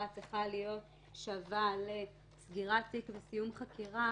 צריכה להיות שווה לסגירת תיק וסיום חקירה